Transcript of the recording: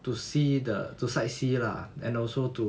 to see the to side see lah and also to